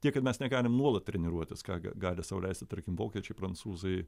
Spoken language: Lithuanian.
tiek kad mes negalim nuolat treniruotis ką ga gali sau leisti tarkim vokiečiai prancūzai